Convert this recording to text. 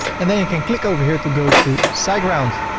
and then you can click over here to go to siteground.